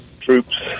troops